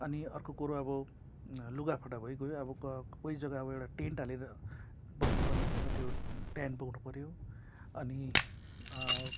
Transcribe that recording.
अनि अर्को कुरो अब लुगा फाटा भइगयो अब क कोही जगा अब एउटा टेन्ट हालेर बस्नु पर्ने हुन्छ त्यो टेन्ट बोक्नु पऱ्यो अनि